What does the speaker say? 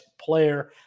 player